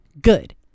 Good